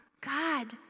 God